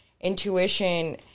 intuition